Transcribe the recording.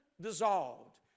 dissolved